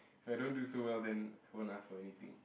if I don't do so well then I won't ask for anything